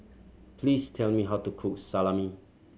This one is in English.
please tell me how to cook Salami